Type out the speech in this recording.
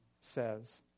says